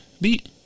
beat